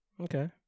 Okay